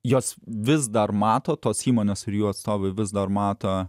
jos vis dar mato tos įmonės ir jų atstovai vis dar mato